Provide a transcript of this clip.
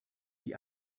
die